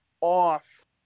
off